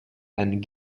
and